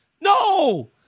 No